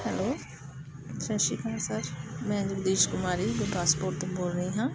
hello ਸਤਿ ਸ਼੍ਰੀ ਅਕਾਲ ਸਰ ਮੈਂ ਜਗਦੀਸ਼ ਕੁਮਾਰੀ ਗੁਰਦਾਸਪੁਰ ਤੋਂ ਬੋਲ ਰਹੀ ਹਾਂ